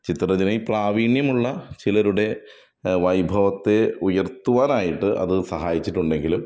ചിത്രരചനയിൽ പ്രാവീണ്യമുള്ള ചിലരുടെ വൈഭവത്തെ ഉയർത്തുവാനായിട്ട് അത് സഹായിച്ചിട്ടുണ്ടെങ്കിലും